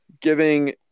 giving